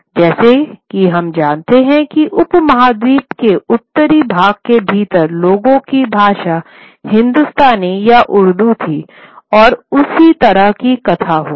जैसा कि हम जानते हैं कि उपमहाद्वीप के उत्तरी भाग के भीतर लोगों की भाषा हिंदुस्तानी या उर्दू थी और उस ही तरह की कथा होगी